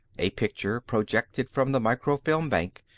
a picture, projected from the microfilm-bank,